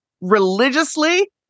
religiously